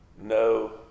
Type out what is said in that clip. no